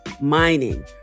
mining